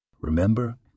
Remember